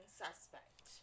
suspect